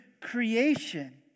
creation